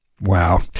Wow